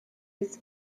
its